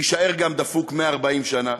כנראה תישאר גם דפוק 140 שנה.